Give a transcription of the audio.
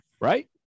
right